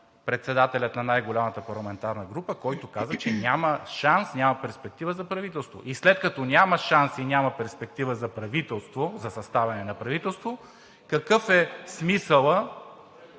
председателя на най-голямата парламентарна група, който каза, че няма шанс и няма перспектива за правителство. А след като няма шанс и няма перспектива за съставяне на правителство, какъв е смисълът